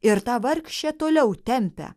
ir tą vargšę toliau tempia